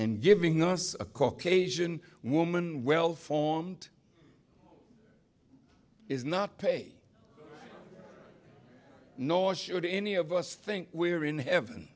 and giving us a caucasian woman well formed is not pay nor should any of us think we are in heaven